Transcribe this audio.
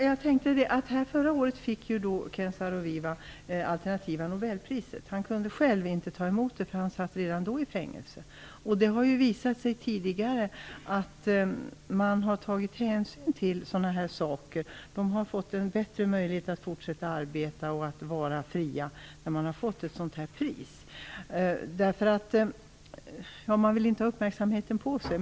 Herr talman! Förra året fick ju Ken Saro-Wiwa det alternativa nobelpriset. Han kunde inte själv ta emot det, för han satt redan då i fängelse. Det har visat sig att hänsyn tidigare tagits till att någon fått ett sådant pris. Man har fått en bättre möjlighet att fortsätta arbeta och vara fri. Landet vill inte ha uppmärksamheten på sig.